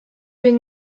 been